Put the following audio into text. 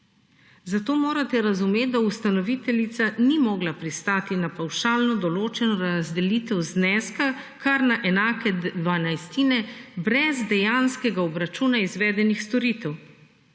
Zato morate razumeti, da ustanoviteljica ni mogla pristati na pavšalno določeno razdelitev zneska kar na enake dvanajstine brz dejanskega obračuna izvedenih storitev.